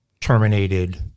terminated